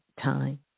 time